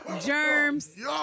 germs